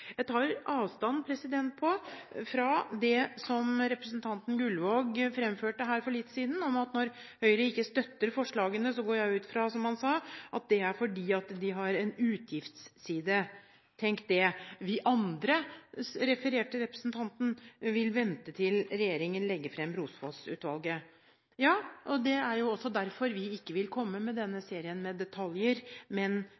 Jeg tar avstand fra det som representanten Gullvåg fremførte her for litt siden, at når Høyre ikke støtter forslagene, går jeg ut fra – som han sa – at det er fordi forslagene har en utgiftsside. Tenk det! Vi andre – jeg refererer representanten – vil vente til regjeringen legger fram Brofoss-utvalgets innstilling. Det er jo derfor vi ikke vil komme med denne serien med detaljer, men